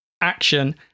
action